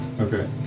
Okay